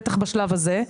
בטח בשלב הזה,